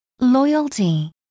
loyalty